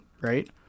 right